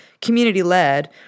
community-led